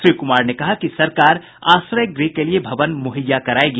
श्री कुमार ने कहा कि सरकार आश्रय गृह के लिए भवन मुहैया कराएगी